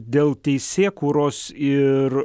dėl teisėkūros ir